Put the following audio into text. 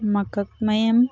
ꯃꯀꯛ ꯃꯌꯨꯝ